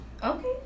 Okay